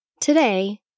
Today